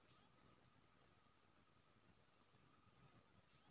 अखन निवेश करभी तखने न बाद मे असरा रहतौ